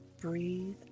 Breathe